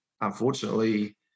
unfortunately